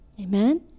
Amen